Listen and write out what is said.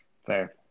Fair